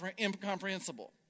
incomprehensible